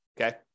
Okay